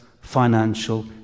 financial